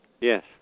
Yes